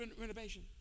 renovation